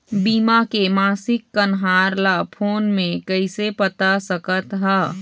बीमा के मासिक कन्हार ला फ़ोन मे कइसे पता सकत ह?